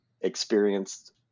experienced